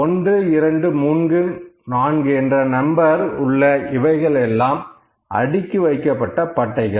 1234 என்ற நம்பர் உள்ள இவைகள் எல்லாம் அடுக்கி வைக்கப்பட்ட பட்டைகள்